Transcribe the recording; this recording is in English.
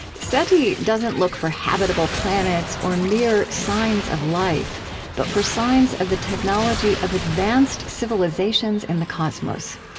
seti doesn't look for habitable planets or mere signs of life but for signs of the technology of advanced civilizations in the cosmos.